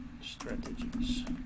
strategies